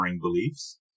beliefs